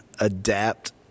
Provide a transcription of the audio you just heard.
adapt